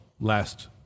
last